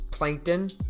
plankton